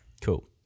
Cool